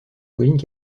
collines